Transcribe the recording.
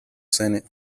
senate